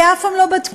כי אף פעם לא בדקו,